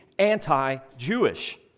anti-jewish